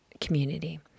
community